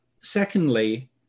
secondly